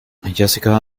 jessica